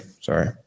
sorry